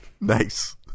nice